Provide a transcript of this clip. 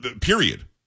Period